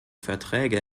verträge